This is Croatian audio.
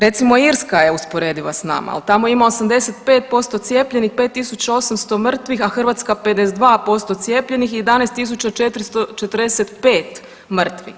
Recimo Irska je usporediva s nama al tamo ima 85% cijepljenih 5.800 mrtvih, a Hrvatska 52% cijepljenih i 11.445 mrtvih.